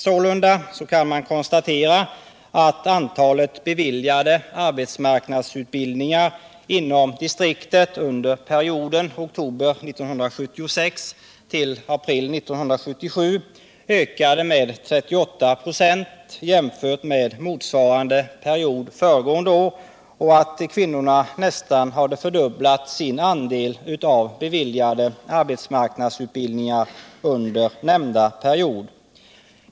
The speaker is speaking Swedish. Sålunda kan man konstatera att antalet beviljade arbetsmarknadsutbildningar inom distriktet under perioden oktober 1976-april 1977 ökade med 38 96 jämfört med motsvarande period föregående år och att kvinnorna nästan hade fördubblat sin andel av beviljade arbetsmarknadsutbildningar under nämnda period.